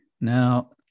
Now